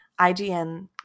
IGN